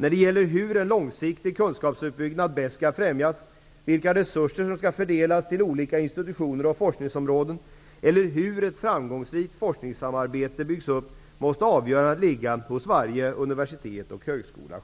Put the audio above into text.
När det gäller hur en långsiktig kunskapsuppbyggnad bäst skall främjas, vilka resurser som skall fördelas till olika institutioner och forskningsområden eller hur ett framgångsrikt forskningssamarbete byggs upp måste avgörandet ligga hos varje universitet och högskola.